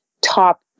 top